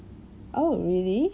oh really